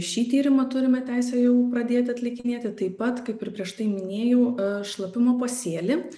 šį tyrimą turime teisę jau pradėti atlikinėti taip pat kaip ir prieš tai minėjau šlapimo pasėlį